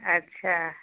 अच्छा